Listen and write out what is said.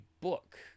book